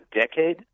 decade